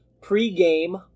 pre-game